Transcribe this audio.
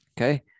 okay